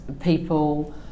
people